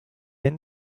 end